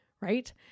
right